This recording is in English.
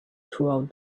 throughout